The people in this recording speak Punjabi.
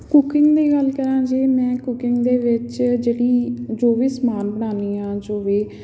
ਕੂਕਿੰਗ ਦੀ ਗੱਲ ਕਰਾਂ ਜੇ ਮੈਂ ਕੂਕਿੰਗ ਦੇ ਵਿੱਚ ਜਿਹੜੀ ਜੋ ਵੀ ਸਮਾਨ ਬਣਾਉਂਦੀ ਹਾਂ ਜੋ ਵੀ